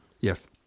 Yes